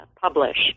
publish